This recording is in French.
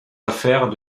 affaires